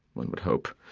one would hope